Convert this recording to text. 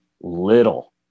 little